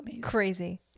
Crazy